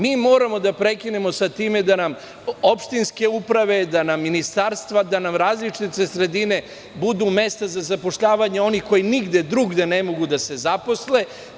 Moramo da prekinemo sa time da nam opštinske uprave, da nam ministarstva, da nam različite sredine budu mesta za zapošljavanje onih koji nigde drugde ne mogu da se zaposle.